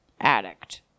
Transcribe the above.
addict